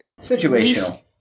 Situational